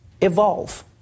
evolve